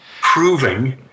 proving